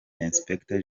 inspector